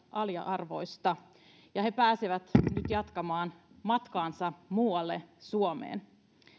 ala arvoista ja he pääsevät nyt jatkamaan matkaansa muualle suomeen